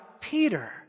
Peter